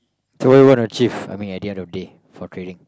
so what do you want to achieve at the end of the day for trading